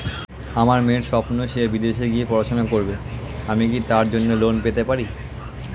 আমার মেয়ের স্বপ্ন সে বিদেশে গিয়ে পড়াশোনা করবে আমি কি তার জন্য লোন পেতে পারি?